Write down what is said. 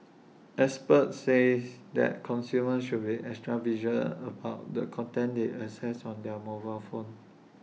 experts says that consumers should be extra vigilant about the content they access on their mobile phone